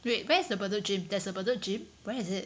wait where's the Bedok gym there's a Bedok gym where is it